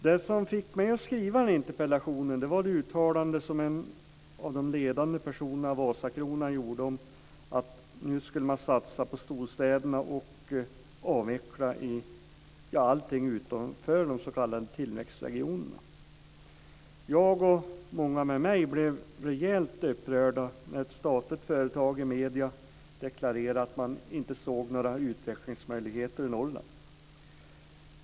Det som fick mig att skriva interpellationen var det uttalande som en av de ledande personerna inom Vasakronan gjorde om att man skulle satsa på storstäderna och avveckla allting utanför de s.k. tillväxtregionerna. Jag, och många med mig, blev rejält upprörda när en företrädare för ett statligt företag deklarerade i medierna att man inte såg några utvecklingsmöjligheter för Norrland.